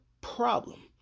problem